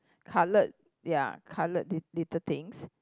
coloured ya coloured li~ little things